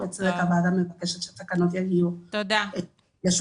והוועדה מבקשת שהתקנות יגיעו לשולחנה.